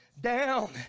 down